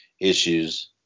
issues